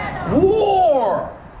war